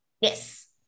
Yes